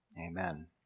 Amen